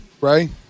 Right